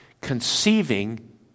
Conceiving